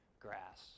grass